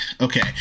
okay